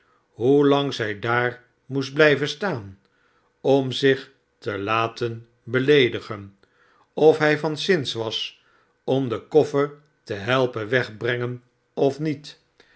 hoelang zij daar moest blijven staan om zich te laten beleedigen of hij van zins was om den koffer te helpen wegbrengen of niet